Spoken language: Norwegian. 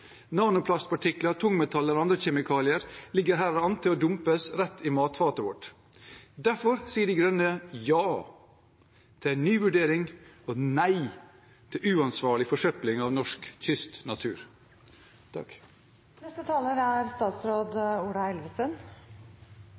Nanoplastpartikler, tungmetaller og andre kjemikalier ligger her an til å dumpes rett i matfatet vårt. Derfor sier De Grønne ja til en ny vurdering og nei til uansvarlig forsøpling av norsk kystnatur.